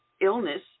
illness